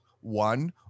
one